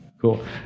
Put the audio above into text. Cool